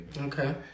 Okay